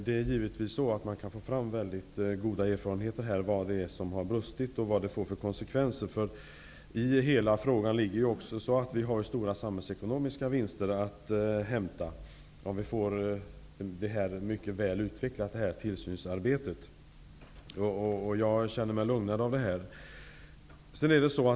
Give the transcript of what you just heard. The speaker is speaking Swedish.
Fru talman! Man kan här givetvis få fram väldigt goda kunskaper om vad det är som har brustit. I hela frågan ligger ju också att det finns stora samhällsekonomiska vinster att hämta, om vi får tillsynsarbetet väl utvecklat. Jag känner mig lugnad av detta.